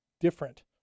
different